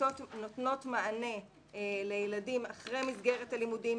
ונותנות מענה לילדים אחרי מסגרת הלימודים,